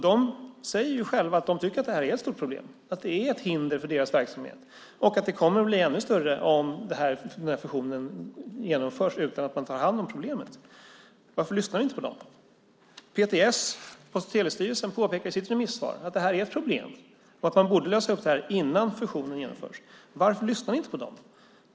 De ansåg att detta är ett stort problem, ett hinder för deras verksamhet, och att det kommer att bli ännu större om fusionen genomförs utan att man tar hand om problemet. Varför lyssnar ni inte på dem? PTS, Post och telestyrelsen, påpekar i sitt remissvar att det här är ett problem och att man borde lösa det innan fusionen genomförs. Varför lyssnar ni inte på dem?